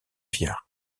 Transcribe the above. viard